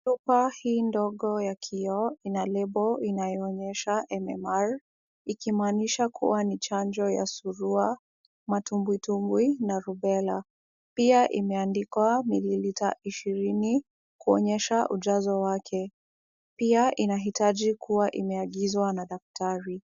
Chupa hii ndogo ya kioo ina lebo inayoonyesha MMR, ikimaanisha kuwa ni chanjo ya surua, matumbwitumbwi na rubela. Pia imeandikwa mililita ishirini, kuonyesha ujazo wake. Pia inahitaji kuwa imeagizwa na daktari.